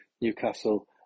Newcastle